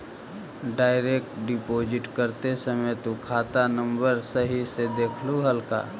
Direct deposit करते समय तु खाता नंबर सही से देखलू हल का?